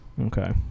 Okay